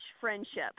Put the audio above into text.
friendship